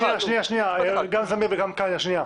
שנייה, גם זמיר וגם קלנר, שנייה.